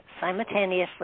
simultaneously